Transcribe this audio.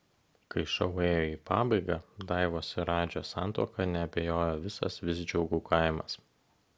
kai šou ėjo į pabaigą daivos ir radžio santuoka neabejojo visas visdžiaugų kaimas